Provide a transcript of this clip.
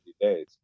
days